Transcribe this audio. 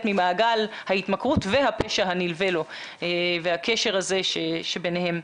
ממעגל ההתמכרות והפשע הנלווה לו והקשר הזה שביניהם.